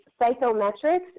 psychometrics